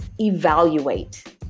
evaluate